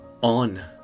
on